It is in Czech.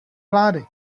vlády